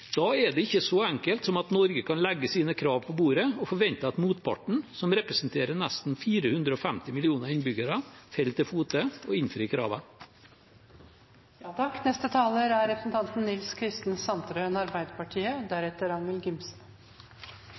Da er det ikke så enkelt som at Norge kan legge sine krav på bordet og forvente at motparten, som representerer neste 450 millioner innbyggere, faller til fote og innfrir kravene. Saksordføreren har redegjort godt for de merknadene og standpunktene som også Arbeiderpartiet